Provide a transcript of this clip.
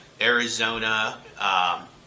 Arizona